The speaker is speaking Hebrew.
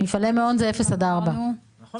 לא